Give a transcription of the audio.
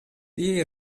tie